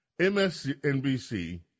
MSNBC